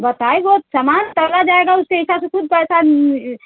बताए दो सामान चला जाएगा उसके हिसाब से कुछ पैसा